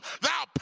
thou